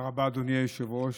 תודה רבה, אדוני היושב-ראש.